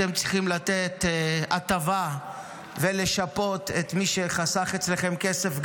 אתם צריכים לתת הטבה ולשפות את מי שחסך אצלכם כסף,